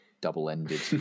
double-ended